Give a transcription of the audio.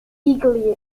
eagerly